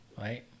right